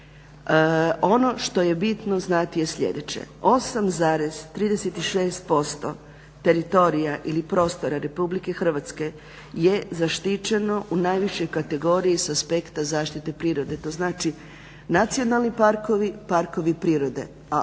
Ono što je bitno znati je sljedeće, 8,36% teritorija ili prostora RH je zaštićeno u najvišoj kategoriji sa aspekta zaštite prirode. To znači nacionalni parkovi, parkovi prirode, a